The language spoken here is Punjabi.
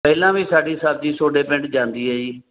ਪਹਿਲਾਂ ਵੀ ਸਾਡੀ ਸਬਜ਼ੀ ਤੁਹਾਡੇ ਪਿੰਡ ਜਾਂਦੀ ਹੈ ਜੀ